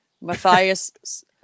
Matthias